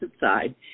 side